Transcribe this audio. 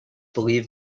believe